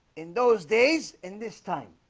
in those days in this time